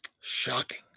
shocking